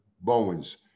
Bowens